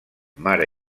mare